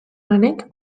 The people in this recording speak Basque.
lanek